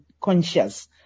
conscious